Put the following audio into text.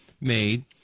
made